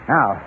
Now